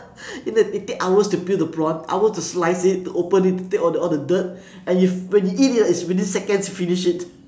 you know it take hours to peel the prawn hours to slice it to open it to take all the all the dirt and you when you eat ah it is within seconds you finish it